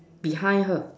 behind her